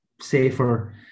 safer